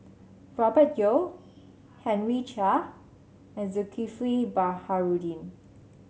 Robert Yeo Henry Chia and Zulkifli Baharudin